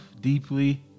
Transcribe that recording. deeply